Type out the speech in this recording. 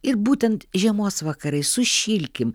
ir būtent žiemos vakarais sušilkim